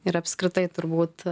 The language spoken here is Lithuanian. ir apskritai turbūt